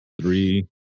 Three